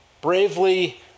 bravely